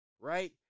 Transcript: right